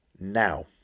now